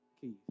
Keith